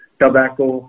tobacco